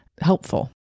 helpful